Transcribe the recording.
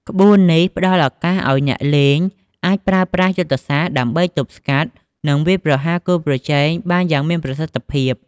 ក្បួននេះផ្តល់ឱកាសឲ្យអ្នកលេងអាចប្រើប្រាស់យុទ្ធសាស្ត្រដើម្បីទប់ស្កាត់ និងវាយប្រហារគូប្រជែងបានយ៉ាងមានប្រសិទ្ធភាព។